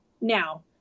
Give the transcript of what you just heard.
now